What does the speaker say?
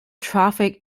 traffic